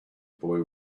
boy